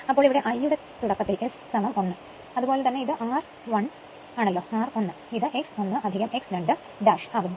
അപ്പോൾ ഇവിടെ I യുടെ തുടക്കത്തിൽ S 1 അതുപോലെ തന്നെ ഇത് r 1 ആണലോ ഇത് x 1 x 2 ഉം ആകുന്നു